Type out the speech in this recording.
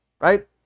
right